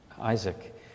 Isaac